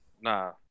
nah